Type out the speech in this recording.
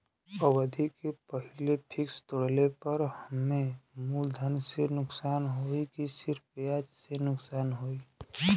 अवधि के पहिले फिक्स तोड़ले पर हम्मे मुलधन से नुकसान होयी की सिर्फ ब्याज से नुकसान होयी?